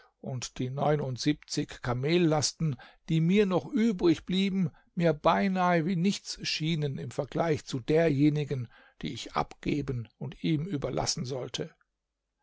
und die neunundsiebenzig kamellasten die mir noch übrig blieben mir beinahe wie nichts schienen im vergleich zu derjenigen die ich abgeben und ihm überlassen sollte